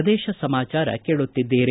ಪ್ರದೇಶ ಸಮಾಚಾರ ಕೇಳುತ್ತಿದ್ದೀರಿ